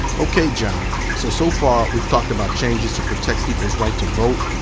okay, john. so, so far we've talked about changes to protect people's right to vote,